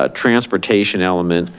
ah transportation element,